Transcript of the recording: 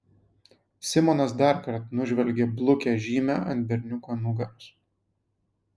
simonas darkart nužvelgė blukią žymę ant berniuko nugaros